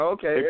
Okay